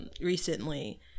recently